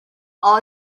all